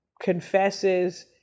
confesses